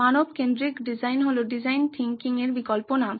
মানবকেন্দ্রিক design হল design thinking এর বিকল্প নাম